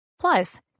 Plus